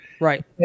Right